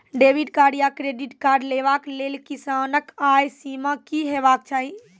Debit या credit card लेवाक लेल किसानक आय सीमा की हेवाक चाही?